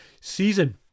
season